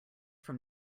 from